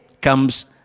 comes